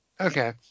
Okay